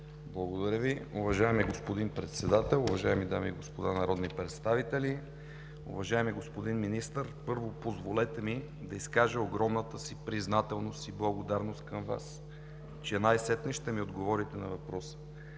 Благодаря Ви. Уважаеми господин Председател, уважаеми дами и господа народни представители! Уважаеми господин Министър, първо, позволете ми да изкажа огромната си признателност и благодарност към Вас, че най-сетне ще ми отговорите на въпроса.